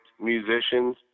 musicians